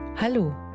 Hallo